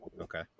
Okay